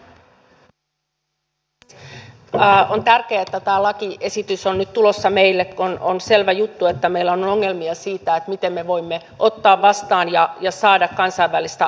on tärkeää että tämä lakiesitys on nyt tulossa meille kun on selvä juttu että meillä on ongelmia siinä miten me voimme ottaa vastaan ja saada kansainvälistä apua